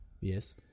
Yes